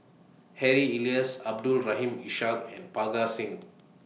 Harry Elias Abdul Rahim Ishak and Parga Singh